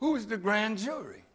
who is the grand jury